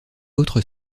autres